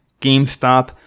GameStop